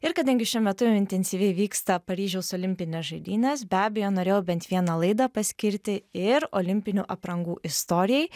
ir kadangi šiuo metu intensyviai vyksta paryžiaus olimpinės žaidynės be abejo norėjau bent vieną laidą paskirti ir olimpinių aprangų istorijai